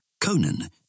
Conan